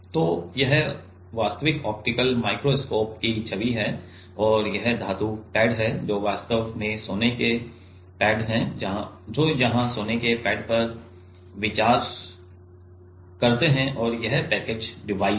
तो यह वास्तविक ऑप्टिकल माइक्रोस्कोप की छवि है और यह धातु पैड है जो वास्तव में सोने के पैड हैं जो यहां सोने के पैड पर विचार करते हैं और यह पैकेज डिवाइस है